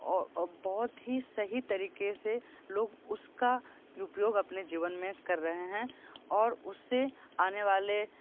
बहुत ही सही तरीके से लोग उसका उपयोग अपने जीवन में कर रहे हैं और उससे आनेवाले